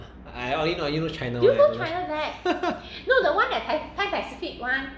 I only know China black I don't know China black